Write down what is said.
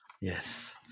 Yes